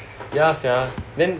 ya sia then